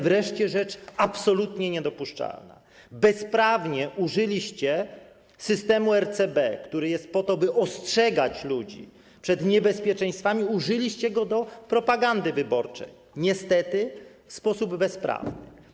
Wreszcie rzecz absolutnie niedopuszczalna - bezprawnie użyliście systemu RCB, który jest po to, by ostrzegać ludzi przed niebezpieczeństwami, użyliście go do propagandy wyborczej, niestety, w sposób bezprawny.